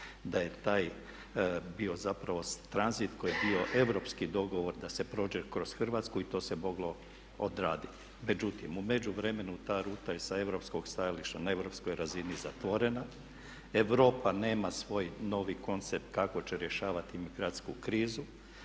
da je taj bio zapravo tranzit koji je bio europski dogovor da se prođe kroz Hrvatsku i to se moglo odraditi. Međutim, u međuvremenu ta ruta je sa europskog stajališta na europskoj razini zatvorena, Europa nema svoj novi koncept kako će rješavati migrantsku krizu.